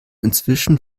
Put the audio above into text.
inzwischen